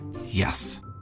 Yes